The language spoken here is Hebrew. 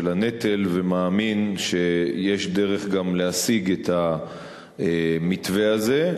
הנטל ומאמין שיש גם דרך להשיג את המתווה הזה,